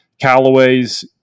Callaway's